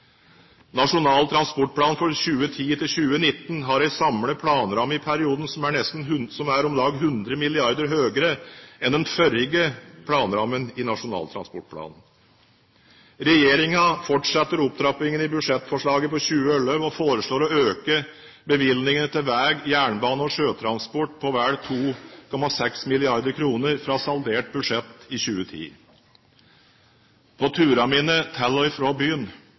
Nasjonal transportplan 2010–2019 har en samlet planramme for perioden som er om lag 100 mrd. kr høyere enn den forrige planrammen for Nasjonal transportplan. Regjeringen fortsetter opptrappingen i budsjettforslaget for 2011 og foreslår å øke bevilgningene til vei, jernbane og sjøtransport med vel 2,6 mrd. kr fra saldert budsjett i 2010. På mine turer til og fra byen,